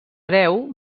hereu